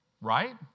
right